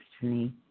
destiny